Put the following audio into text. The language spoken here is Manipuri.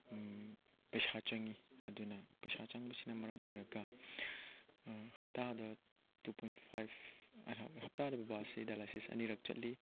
ꯄꯩꯁꯥ ꯆꯪꯉꯤ ꯑꯗꯨꯅ ꯄꯩꯁꯥ ꯆꯪꯕꯁꯤꯅ ꯃꯔꯝ ꯑꯣꯏꯔꯒ ꯍꯞꯇꯥꯗ ꯇꯨ ꯄꯣꯏꯟ ꯐꯥꯏꯚ ꯍꯞꯇꯥꯗ ꯕꯕꯥꯁꯤ ꯗꯥꯏꯂꯥꯏꯁꯤꯁ ꯑꯅꯤꯔꯛ ꯆꯠꯂꯤ